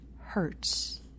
hurts